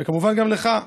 וכמובן גם לך,